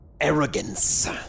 arrogance